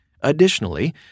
Additionally